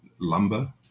lumber